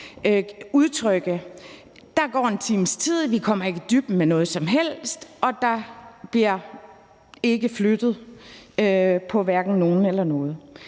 udtrykke. Der går en times tid, vi kommer ikke dybden med noget som helst, og der bliver ikke flyttet på nogen eller noget.